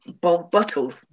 bottles